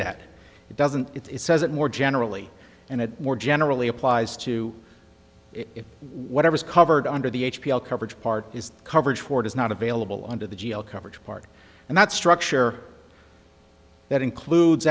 that it doesn't it is says it more generally and it more generally applies to it whatever is covered under the h p all coverage part is coverage for it is not available under the g l coverage part and that structure that includes